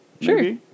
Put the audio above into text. Sure